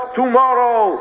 tomorrow